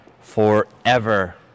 forever